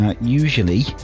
Usually